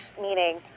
meaning